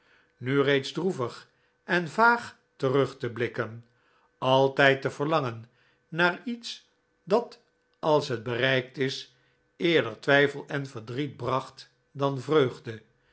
nu reeds droevig en vaag terug te blikken altijd te verlangen naar iets dat als het bereikt is eerder twijfel en verdriet bracht dan vreugde